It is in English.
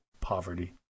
poverty